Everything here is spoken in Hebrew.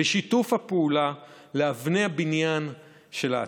ושיתוף הפעולה לאבני הבניין של העתיד.